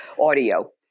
audio